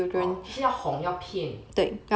hor 就是要哄要骗